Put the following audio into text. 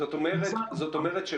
זאת אומרת,